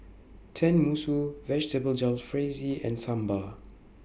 Tenmusu Vegetable Jalfrezi and Sambar